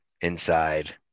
inside